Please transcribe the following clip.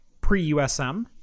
pre-USM